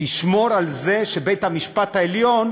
תשמור על זה שבית-המשפט העליון